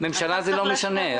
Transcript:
ממשלה זה לא משנה.